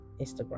Instagram